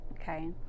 okay